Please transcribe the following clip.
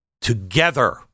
Together